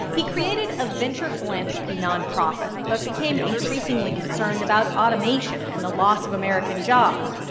he created a venture philanthropy nonprofit but became increasingly concerned about automation and the loss of american jobs.